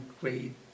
great